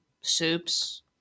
soups